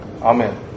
Amen